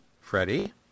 Freddie